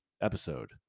episode